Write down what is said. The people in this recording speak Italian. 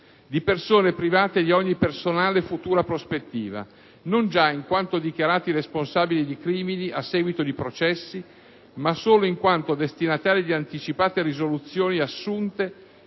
di persone private di ogni personale futura prospettiva, non già in quanto dichiarati responsabili di crimini a seguito di processi, ma solo in quanto destinatari di anticipate risoluzioni assunte